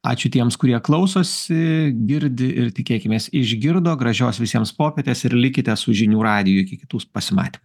ačiū tiems kurie klausosi girdi ir tikėkimės išgirdo gražios visiems popietės ir likite su žinių radiju iki kitus pasimaty